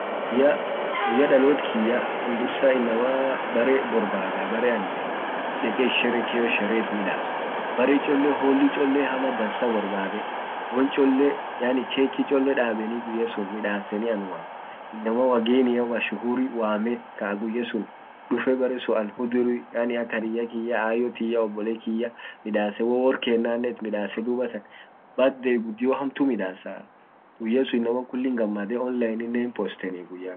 Guyya guyya dalot kiyya an dursa innamaa bere borbada bere anin deqe it sherekee shere it'midas. bere cholle holi chole hama dansa borbaade won cholle yani keki cholle dabani guyya sun midasani anuma innama wagenia washuhuri waame ka guyya sun dufe bere sun an huduri yani ak hariyya kiyya ayyo tiyya abbole kiyya midase won wor kennanen it midase dubatan birthday gudio hamtu midasaa. guyya sun innama kullin gammade online hin postani guyya akasi.